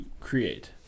create